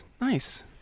nice